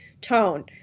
tone